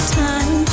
time